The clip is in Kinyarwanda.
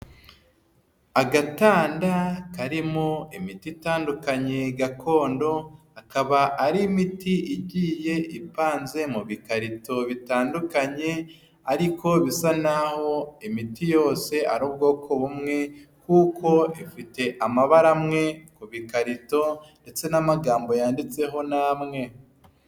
Agatanda karimo imiti itandukanye gakondo akaba ari imiti igiye ipanze mu bikarito bitandukanye ariko bisa nahoho imiti yose ari ubwoko bumwe kuko ifite amabara amwe ku bikarito ndetse n'amagambo yanditseho ni amwe.